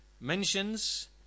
mentions